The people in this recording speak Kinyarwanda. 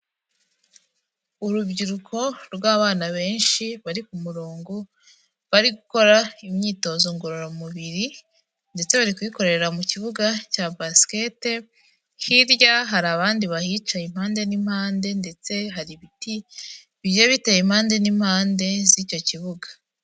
Urubyiruko rw'abana benshi, bari ku murongo, bari gukora imyitozo ngororamubiri, ndetse bari kuyikorera mu kibuga cya basket, hirya hari abandi bahicaye impande n'impande, ndetse hari ibiti, bigiye biteye impande n'impande z'icyo kibuga.